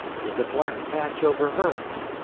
with the black patch over hers?